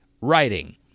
writing